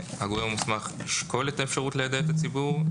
יבוא "הגורם המוסמך ישקול את האפשרות ליידע את הציבור".